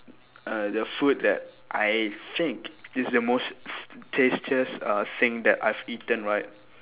uh the food that I think is the most tastiest uh thing that I've eaten right